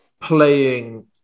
playing